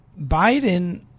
Biden